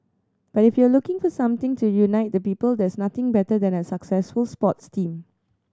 but if you're looking for something to unite the people there's nothing better than a successful sports team